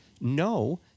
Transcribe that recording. No